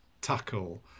tackle